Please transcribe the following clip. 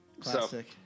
Classic